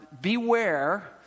beware